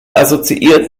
assoziiert